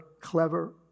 clever